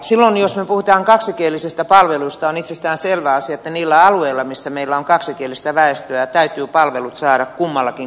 silloin jos me puhumme kaksikielisestä palvelusta on itsestään selvä asia että niillä alueilla missä meillä on kaksikielistä väestöä täytyy palvelut saada kummallakin kotimaisella kielellä